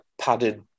padded